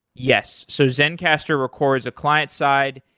yes. so zencastr records a client side.